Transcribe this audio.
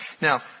Now